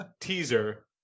teaser